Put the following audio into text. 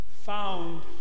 found